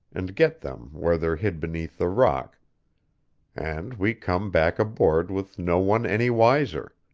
and get them where they're hid beneath the rock and we come back aboard with no one any wiser.